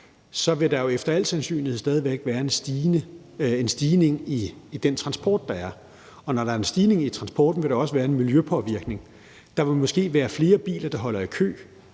så vil der jo efter al sandsynlighed stadig væk være en stigning i den transport, der er. Og når der er en stigning i transporten, vil der også være en miljøpåvirkning. Der vil måske være flere biler, der holder i kø,